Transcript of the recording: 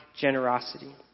generosity